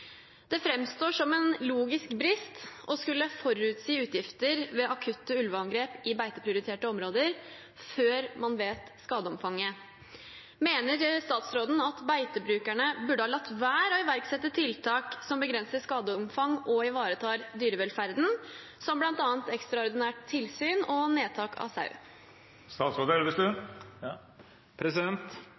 Det fremstår som en logisk brist å skulle forutsi utgifter ved akutte ulveangrep i beiteprioriterte områder før man vet skadeomfanget. Mener statsråden at beitebrukere burde latt være å iverksette tiltak som begrenser skadeomfang og ivaretar dyrevelferden, som bl.a. ekstraordinært tilsyn og nedtak av sau?»